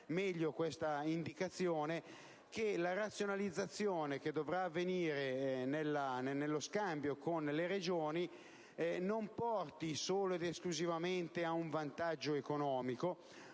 meglio questa indicazione - che la razionalizzazione che dovrà avvenire nello scambio con le Regioni non porti solo ed esclusivamente a un vantaggio economico,